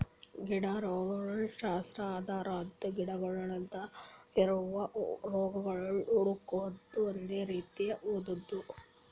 ಗಿಡ ರೋಗಶಾಸ್ತ್ರ ಅಂದುರ್ ಗಿಡಗೊಳ್ದಾಗ್ ಇರವು ರೋಗಗೊಳ್ ಹುಡುಕದ್ ಒಂದ್ ರೀತಿ ಓದದು